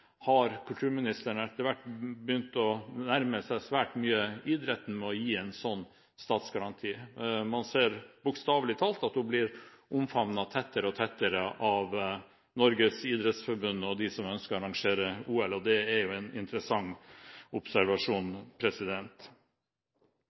har kulturministeren etter hvert begynt å nærme seg idretten svært mye ved å gi en slik statsgaranti. Man ser bokstavelig talt at hun blir omfavnet tettere og tettere av Norges idrettsforbund og de som ønsker å arrangere OL. Det er en interessant observasjon.